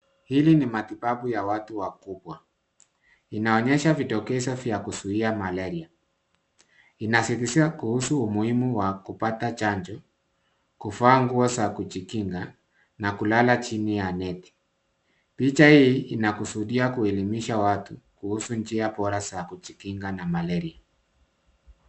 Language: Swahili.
Hili ni matibabu ya watu wakubwa. Inaonyesha vidokezo vya kuzuia malaria. Inasisitiza kuhusu umuhimu wa kupata chanjo, kuvaa nguo za kujikinga na kulala chini ya neti. Picha hii inakusudia kuelimisha watu kuhusu njia bora za kujikinga na malaria.